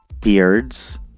beards